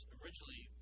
originally